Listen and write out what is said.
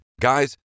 Guys